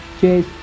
Cheers